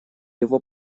его